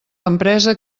empresa